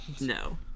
no